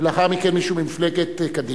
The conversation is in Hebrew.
ולאחר מכן מישהו ממפלגת קדימה.